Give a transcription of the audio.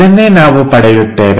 ಇದನ್ನೇ ನಾವು ಪಡೆಯುತ್ತೇವೆ